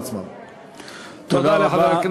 תודה רבה.